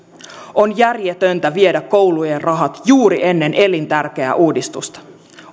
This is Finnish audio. on järjetöntä viedä koulujen rahat juuri ennen elintärkeää uudistusta